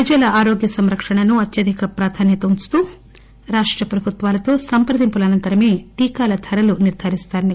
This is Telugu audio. ప్రజల ఆరోగ్య సంరక్షణను అత్యధిక ప్రాధాన్యత ఉంచుతూ రాష్ట ప్రభుత్వాలతో సంప్రదింపులు అనంతరమే టీకాల ధరలను నిర్దారిస్తారని